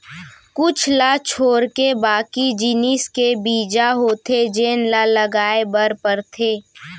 कुछ ल छोरके बाकी जिनिस के बीजा होथे जेन ल लगाए बर परथे